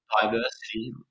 Diversity